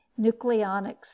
nucleonics